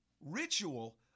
Ritual